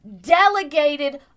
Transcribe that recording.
delegated